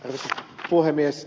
arvoisa puhemies